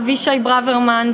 אבישי ברוורמן,